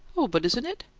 oh, but isn't it?